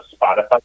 Spotify